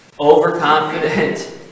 Overconfident